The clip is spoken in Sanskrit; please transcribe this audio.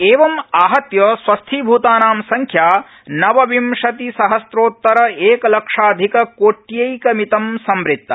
एवम् आहत्य स्वस्थीभ्रतानां सङ्ख्या नवविंशतिसहस्रोत्तर एकलक्षाधिक कोट्येकमितं संवृत्ता